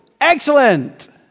Excellent